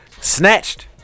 Snatched